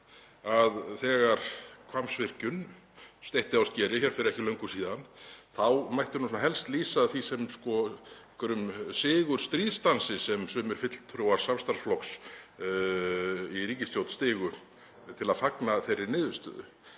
að þegar Hvammsvirkjun steytti á skeri fyrir ekki löngu síðan þá mætti helst lýsa því sem sigurstríðsdansi sem sumir fulltrúar samstarfsflokks í ríkisstjórn stigu til að fagna þeirri niðurstöðu.